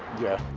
yeah.